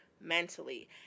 mentally